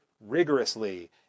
rigorously